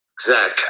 Zach